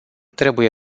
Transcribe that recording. trebuie